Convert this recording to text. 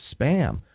spam